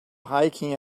hiking